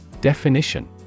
Definition